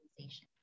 organization